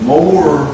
More